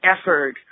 effort